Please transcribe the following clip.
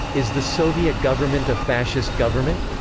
is the soviet government a fascist government?